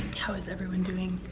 how is everyone doing